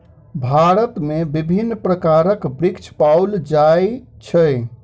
भारत में विभिन्न प्रकारक वृक्ष पाओल जाय छै